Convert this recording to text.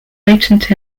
latent